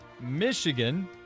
Michigan